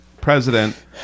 president